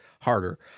harder